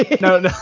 No